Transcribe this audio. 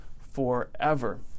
forever